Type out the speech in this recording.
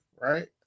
right